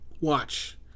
Watch